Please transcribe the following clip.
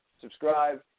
Subscribe